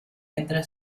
entre